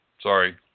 sorry